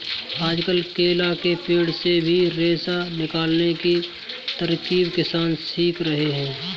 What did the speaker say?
आजकल केला के पेड़ से भी रेशा निकालने की तरकीब किसान सीख रहे हैं